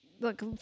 look